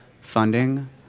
funding